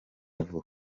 vuba